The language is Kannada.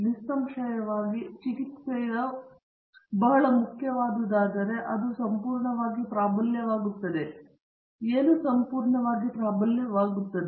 ನಿಸ್ಸಂಶಯವಾಗಿ ಚಿಕಿತ್ಸೆಯು ಬಹಳ ಮುಖ್ಯವಾದುದಾದರೆ ಅದು ಸಂಪೂರ್ಣವಾಗಿ ಪ್ರಾಬಲ್ಯವಾಗುತ್ತದೆ ಏನು ಸಂಪೂರ್ಣವಾಗಿ ಪ್ರಾಬಲ್ಯವಾಗುತ್ತದೆ